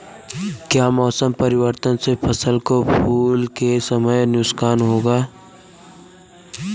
क्या मौसम परिवर्तन से फसल को फूल के समय नुकसान होगा?